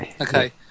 okay